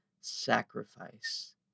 sacrifice